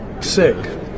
Sick